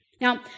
Now